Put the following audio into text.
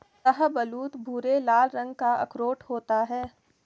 शाहबलूत भूरे लाल रंग का अखरोट होता है